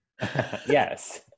Yes